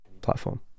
platform